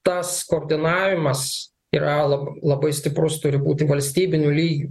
tas koordinavimas yra la labai stiprus turi būti valstybiniu lygiu